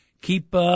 Keep